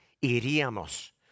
iríamos